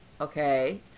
Okay